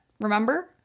remember